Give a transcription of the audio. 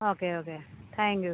okay okay thank you